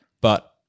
but-